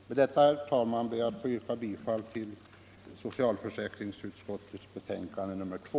Med detta, herr talman, ber jag att få yrka bifall till hemställan i socialförsäkringsutskottets betänkande nr 2.